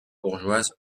bourgeoise